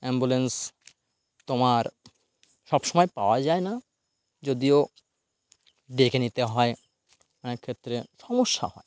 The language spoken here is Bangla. অ্যাম্বুলেন্স তোমার সবসময় পাওয়া যায় না যদিও ডেকে নিতে হয় অনেক ক্ষেত্রে সমস্যা হয়